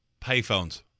payphones